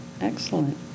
excellent